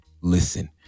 listen